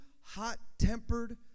hot-tempered